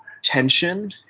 tension